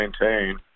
maintain